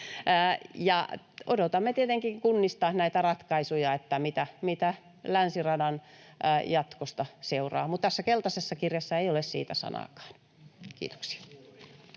Odotamme tietenkin kunnista ratkaisuja, mitä länsiradan jatkosta seuraa, mutta tässä keltaisessa kirjassa ei ole siitä sanaakaan. — Kiitoksia.